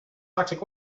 toxic